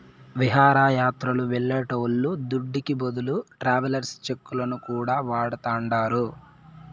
విహారయాత్రలు వెళ్లేటోళ్ల దుడ్డుకి బదులు ట్రావెలర్స్ చెక్కులను కూడా వాడతాండారు